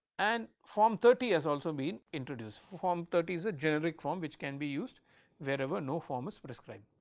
and form thirty has also been introduced, form thirty is a generic form which can be used wherever no form is prescribed.